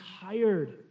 tired